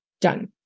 done